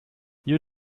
you